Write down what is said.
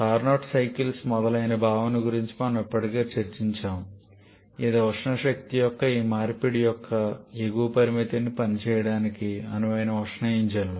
Carnot cycles మొదలైన భావన గురించి మనము ఇప్పటికే చర్చించాము ఇవి ఉష్ణ శక్తి యొక్క ఈ మార్పిడి యొక్క ఎగువ పరిమితిని పని చేయడానికి అనువైన ఉష్ణ ఇంజన్లు